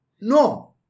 No